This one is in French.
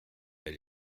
elle